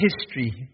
history